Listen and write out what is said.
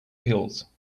pills